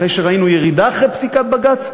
אחרי שראינו ירידה אחרי פסיקת בג"ץ,